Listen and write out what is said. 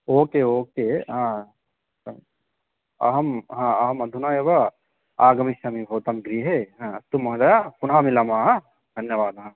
ओ के okay अहं अहम् अधुना एव आगमिष्यामि भवतां गृहे अस्तु महोदय पुनः मिलामः धन्यवादः